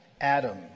Adam